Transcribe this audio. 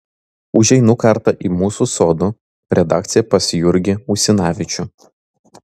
užeinu kartą į mūsų sodų redakciją pas jurgį usinavičių